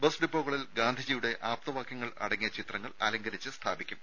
bus ഡിപ്പോകളിൽ ഗാന്ധിജിയുടെ ആപ്തവാക്യങ്ങൾ അടങ്ങിയ ചിത്രങ്ങൾ അലങ്കരിച്ച് സ്ഥാപിക്കും